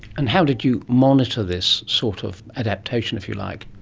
and how did you monitor this sort of adaptation, if you like?